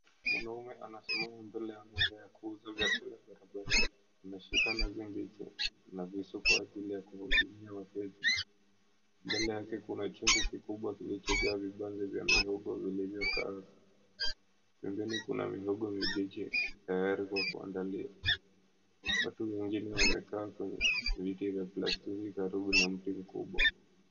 Mwanaume anasimama mbele ya meza ya kuuza vyakula barabarani. Anashika nazi mbichi na visu kwa ajili ya kuwahudumia wateja. Mbele yake kuna chungu kikubwa kilichojaa vibanzi vya mihogo vilivyokaangwa. Pembeni kuna mihogo mibichi tayari kwa kuandaliwa. Watu wengine wamekaa kwenye viti vya plastiki karibu na mti mkubwa.